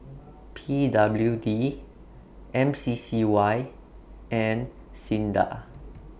P W D M C C Y and SINDA